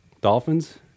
Dolphins